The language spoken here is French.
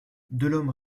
delhomme